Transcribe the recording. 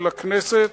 ולכנסת,